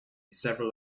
several